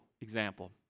example